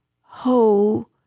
ho